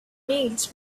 needs